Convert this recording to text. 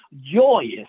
joyous